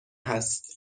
هست